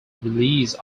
release